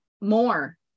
more